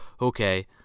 okay